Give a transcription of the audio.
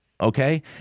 Okay